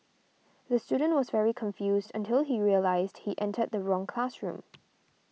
the student was very confused until he realised he entered the wrong classroom